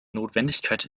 notwendigkeit